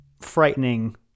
frightening